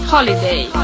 Holiday